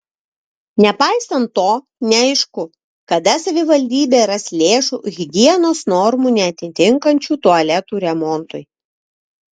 nepaisant to neaišku kada savivaldybė ras lėšų higienos normų neatitinkančių tualetų remontui